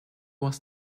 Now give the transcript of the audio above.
was